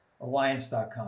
Alliance.com